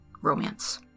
romance